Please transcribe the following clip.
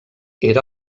era